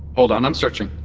hold on, i'm searching.